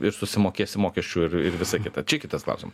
ir susimokėsi mokesčių ir ir visa kita čia kitas klausimas